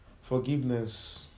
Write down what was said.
Forgiveness